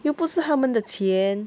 又不是他们的钱